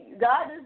God